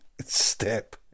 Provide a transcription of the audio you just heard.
step